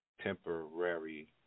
temporary